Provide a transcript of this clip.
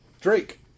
Drake